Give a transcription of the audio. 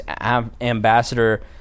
ambassador